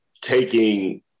taking